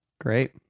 Great